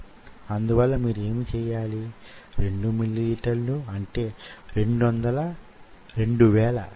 M అంటే micro E అంటే electro M అంటే మెకానికల్ S అంటే సిస్టమ్స్